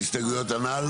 ההסתייגויות הנ"ל?